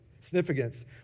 significance